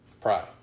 Pride